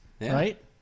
right